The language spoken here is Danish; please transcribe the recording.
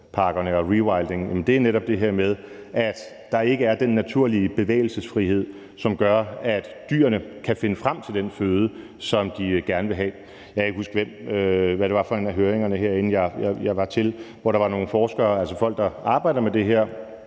er netop det her med, at der ikke er den naturlige bevægelsesfrihed, som gør, at dyrene kan finde frem til den føde, som de gerne vil have. Jeg kan ikke huske, hvad det var for en af høringerne herinde, jeg var til, hvor der var nogle forskere, altså folk, der arbejder med det her,